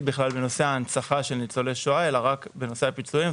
בנושא ההנצחה של ניצולי שואה אלא רק בנושא הפיצויים.